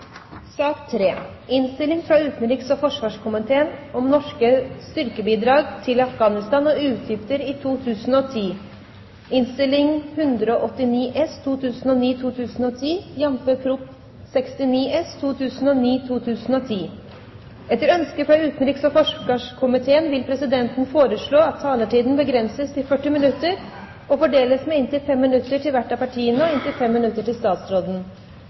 sak nr. 2. Etter ønske fra utenriks- og forsvarskomiteen vil presidenten foreslå at taletiden begrenses til 40 minutter og fordeles med inntil 5 minutter til hvert parti og inntil 5 minutter til statsråden.